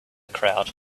crowd